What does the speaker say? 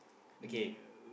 okay